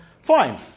Fine